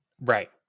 Right